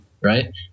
Right